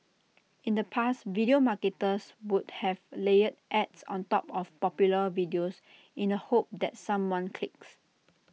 in the past video marketers would have layered ads on top of popular videos in the hope that someone clicks